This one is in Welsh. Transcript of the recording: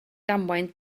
damwain